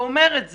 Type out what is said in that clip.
ואומר את זה,